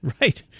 Right